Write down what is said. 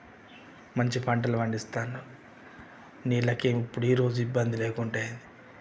మంచి పంటలు పండిస్తాడ్రు నీళ్ళకి ఇప్పుడు ఈ రోజు ఇబ్బంది లేకుంటే